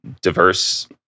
diverse